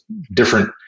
different